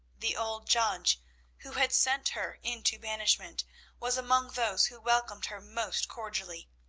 the old judge who had sent her into banishment was among those who welcomed her most cordially.